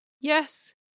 yes